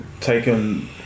taken